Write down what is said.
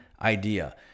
idea